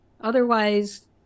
Otherwise